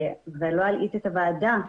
לא אלהיט את הוועדה,